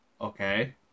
Okay